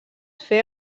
fer